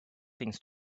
things